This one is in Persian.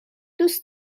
دوست